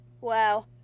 Wow